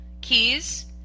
keys